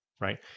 right